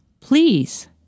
Please